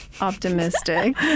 optimistic